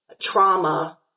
trauma